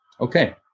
Okay